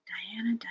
Diana